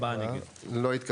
4 נמנעים, 0 ההסתייגות לא התקבלה.